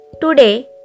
Today